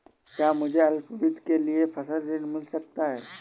क्या मुझे अल्पावधि के लिए फसल ऋण मिल सकता है?